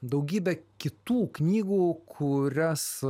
daugybe kitų knygų kurias